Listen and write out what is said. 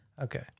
Okay